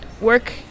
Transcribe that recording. work